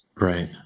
Right